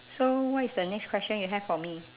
so what is the next question you have for me